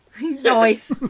Nice